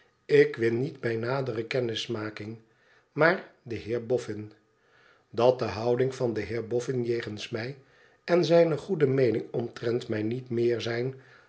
ik win niet bij nadere kennismaking maar de heer boffin dat de houding van den heer boffin jegens mij en zijne goede meening omtrent mij niet meer zijn